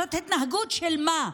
זאת התנהגות של מה?